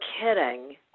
kidding